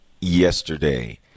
yesterday